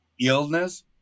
illness